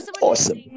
awesome